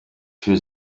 für